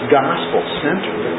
gospel-centered